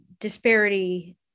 disparity